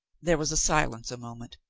there was silence a moment.